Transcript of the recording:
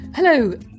Hello